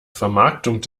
vermarktung